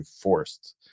forced